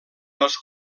els